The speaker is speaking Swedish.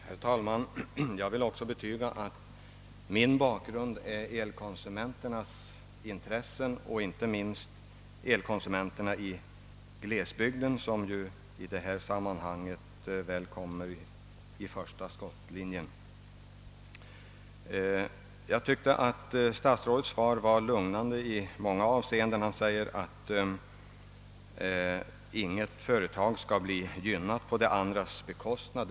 Herr talman! Jag vill också liksom statsrådet Wickman betyga att jag vill bevaka elkonsumenternas intressen, inte minst när det gäller elkonsumenterna i glesbygderna som i detta sammanhang väl kommer i första skottlinjen. Jag tyckte att herr statsrådets andra anförande var i viss mån lugnande. Han anförde att det inte var något företag som skulle bli gynnat på det andras bekostnad.